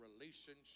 relationship